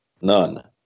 none